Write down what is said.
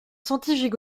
sentie